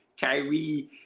Kyrie